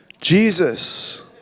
Jesus